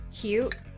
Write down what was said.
cute